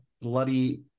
bloody